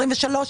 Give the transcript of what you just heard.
23,